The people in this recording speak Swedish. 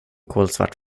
kolsvart